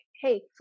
Hey